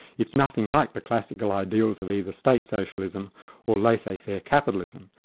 it's nothing like the classical ideals of either state socialism or laissez faire capitalism,